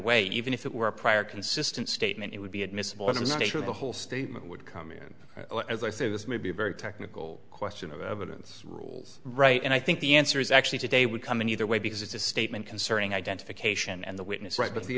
way even if it were a prior consistent statement it would be admissible in the state of the whole statement would come in as i say this may be a very technical question of evidence rules right and i think the answer is actually today would come in either way because it's a statement concerning identification and the witness right but